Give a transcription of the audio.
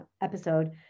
episode